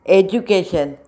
education